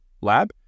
Lab